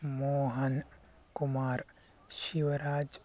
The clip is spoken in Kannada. ಮೋಹನ್ ಕುಮಾರ್ ಶಿವರಾಜ್